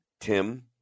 Tim